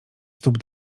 stóp